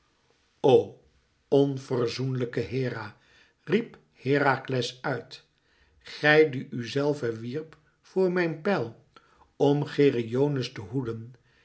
o onverzoenlijke hera riep herakles uit gij die u zelve wierp voor mijn pijl om geryones te hoeden